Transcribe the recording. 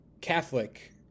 Catholic